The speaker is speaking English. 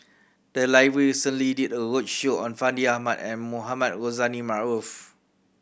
the library recently did a roadshow on Fandi Ahmad and Mohamed Rozani Maarof